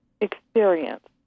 experience